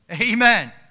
Amen